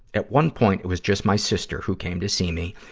at one point, it was just my sister who came to see me,